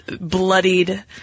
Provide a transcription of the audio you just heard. bloodied